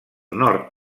nord